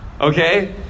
Okay